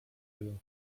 jeden